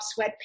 sweatpants